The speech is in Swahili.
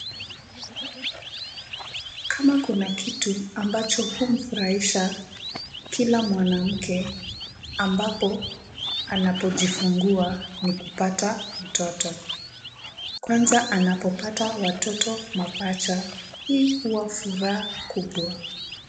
Kama kuna kitu ambacho humfurahisha kila mwanamke ambapo anapojifungua ni kupata mtoto. Kwanza anapopata watoto mapacha, hii huwa furaha kubwa.